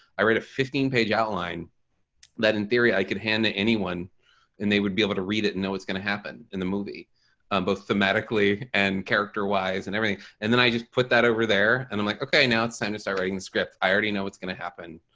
i wrote a fifteen page outline that in theory i could hand to anyone and they would be able to read it and know what's gonna happen in the movie um both thematically and character wise and everything and then i just put that over there and i'm like okay, now it's time to start writing the script. i already know what's gonna happen.